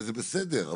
שזה בסדר גמור,